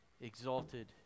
exalted